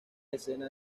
escenas